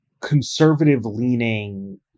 conservative-leaning